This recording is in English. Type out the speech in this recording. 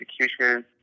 execution